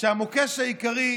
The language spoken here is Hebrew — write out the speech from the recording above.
שהמוקש העיקרי,